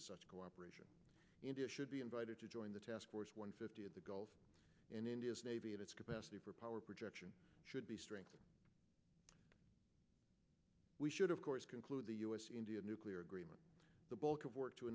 such cooperation india should be invited to join the task force one fifty of the gulf and india's navy and its capacity for power projection should be strengthened we should of course conclude the us india nuclear agreement the bulk of work to